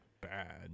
bad